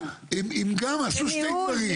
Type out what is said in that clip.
בסוף אתה פוסל את האפשרות מלכתחילה שיהיה ---.